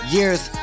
Years